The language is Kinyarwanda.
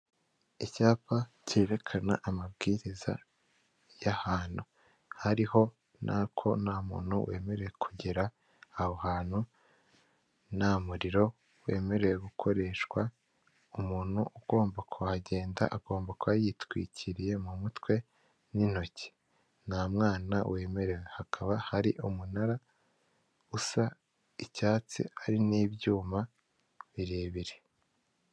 Icyo miliyoni ijana na mirongo ine z'amanyarwanda zakugurira muri Kigali akaba ari igikoni kigezweho ndetse gikoze neza cyubatse neza kikaba kirimo n'itara.